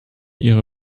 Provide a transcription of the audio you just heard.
ihre